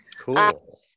cool